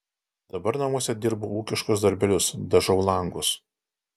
dabar namuose dirbu ūkiškus darbelius dažau langus